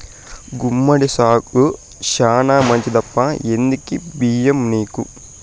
గుమ్మడి సాగు శానా మంచిదప్పా ఎందుకీ బయ్యం నీకు